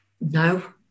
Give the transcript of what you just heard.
no